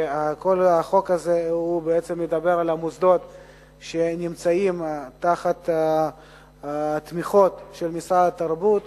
וכל החוק הזה בעצם מדבר על המוסדות שנמצאים בתמיכות של משרד התרבות,